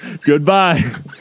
Goodbye